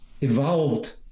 evolved